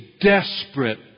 desperate